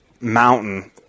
mountain